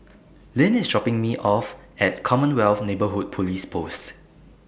Lynn IS dropping Me off At Commonwealth Neighbourhood Police Post